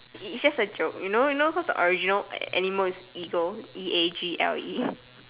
is just a joke you know you know because the original animal is eagle you know E a G L E